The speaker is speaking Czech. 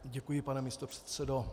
Děkuji, pane místopředsedo.